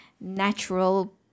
natural